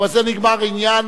ובזה נגמר העניין.